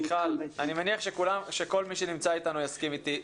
מיכל, אני מניח שכל מי שנמצא איתנו יסכים איתי.